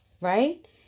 right